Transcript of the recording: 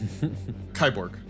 Kyborg